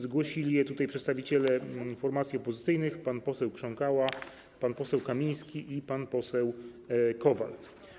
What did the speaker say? Zgłosili je tutaj przedstawiciele formacji opozycyjnych: pan poseł Krząkała, pan poseł Kamiński i pan poseł Kowal.